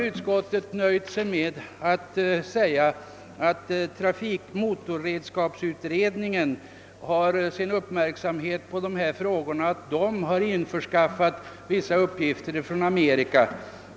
Utskottet har nöjt sig med att säga att motorredskapsutredningen har sin uppmärksamhet riktad på dessa frågor och har införskaffat vissa uppgifter från Amerika.